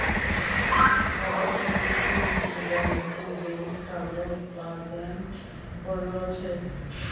भारत रो कृषि विश्वबिद्यालय से जैविक खाद रो उत्पादन बढ़लो छै